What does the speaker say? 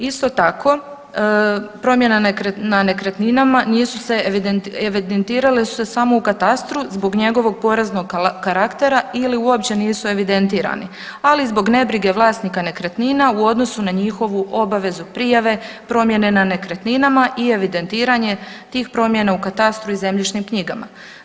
Isto tako promjena na nekretninama nisu se, evidentirale su se samo u katastru zbog njegovog poreznog karaktera ili uopće nisu evidentirani, ali i zbog nebrige vlasnika nekretnina u odnosu na njihovu obavezu prijave promjene na nekretninama i evidentiranje tih promjena u katastru i zemljišnim knjigama.